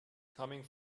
coming